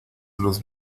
los